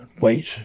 Wait